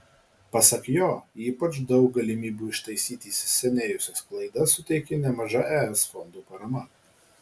pasak jo ypač daug galimybių ištaisyti įsisenėjusias klaidas suteikė nemaža es fondų parama